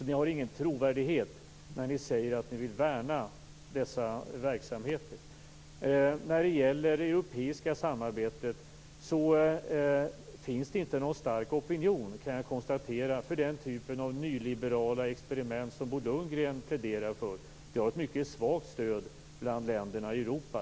Ni har ingen trovärdighet när ni säger att ni vill värna dessa verksamheter. När det gäller det europeiska samarbetet finns det inte någon stark opinion för den typ av nyliberala experiment som Bo Lundgren pläderar för. Det har ett mycket svagt stöd bland länderna i Europa.